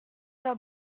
pas